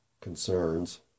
concerns